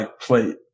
plate